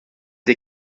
des